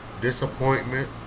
disappointment